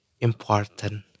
important